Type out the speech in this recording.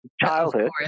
childhood